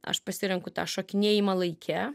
aš pasirenku tą šokinėjimą laike